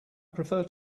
prefer